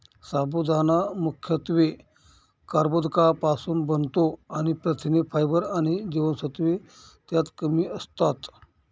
साबुदाणा मुख्यत्वे कर्बोदकांपासुन बनतो आणि प्रथिने, फायबर आणि जीवनसत्त्वे त्यात कमी असतात